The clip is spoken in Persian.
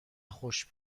خوش